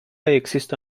există